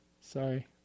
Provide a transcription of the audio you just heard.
Sorry